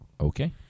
Okay